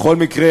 בכל מקרה,